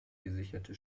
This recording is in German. gesicherte